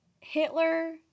Hitler